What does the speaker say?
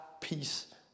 peace